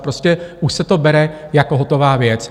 Prostě už se to bere jako hotová věc.